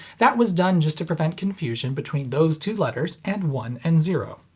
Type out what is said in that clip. that was done just to prevent confusion between those two letters and one and zero.